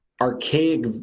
archaic